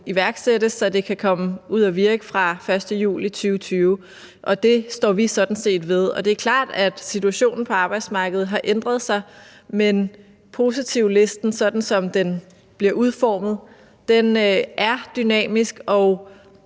iværksættes, så det kan komme ud at virke fra den 1. juli 2020. Det står vi sådan set ved. Det er klart, at situationen på arbejdsmarkedet har ændret sig, men positivlisten, sådan som den bliver udformet, er dynamisk, og